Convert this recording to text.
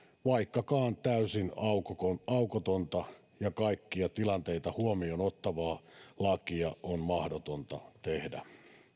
vaikkakaan täysin aukotonta aukotonta ja kaikkia tilanteita huomioon ottavaa lakia on mahdotonta tehdä